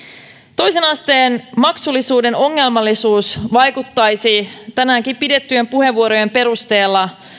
toisen asteen maksullisuuden ongelmallisuus vaikuttaisi tänäänkin käytettyjen puheenvuorojen perusteella